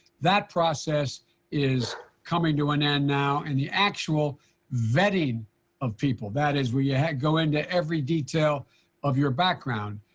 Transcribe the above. that process is coming to an end now, and the actual vetting of people that is, where you yeah go into every detail of your background,